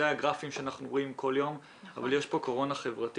הגרפים שאנחנו רואים כל יום אבל יש פה קורונה חברתית.